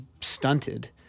stunted